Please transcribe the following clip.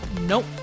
nope